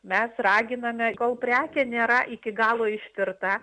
mes raginame kol prekė nėra iki galo ištirta